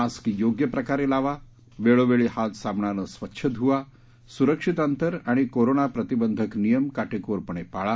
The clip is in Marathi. मास्क योग्य प्रकारे लावा वेळोवेळी हात साबणाने स्वच्छ धुवा सुरक्षित अंतर आणि कोरोना प्रतिबंधक नियम काटेकोरपणे पाळा